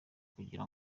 kugira